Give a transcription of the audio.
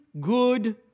good